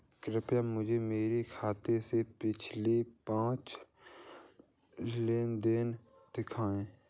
कृपया मुझे मेरे खाते से पिछले पाँच लेन देन दिखाएं